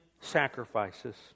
sacrifices